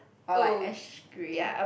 or like ash grey